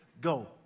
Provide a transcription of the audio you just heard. Go